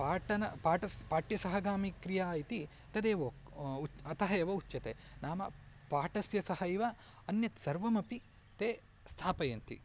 पाठनं पाठनं पाठ्यसहगामिनीक्रिया इति तदेव उ अतः एव उच्यते नाम पाठनस्य सहैव अन्यत् सर्वमपि ते स्थापयन्ति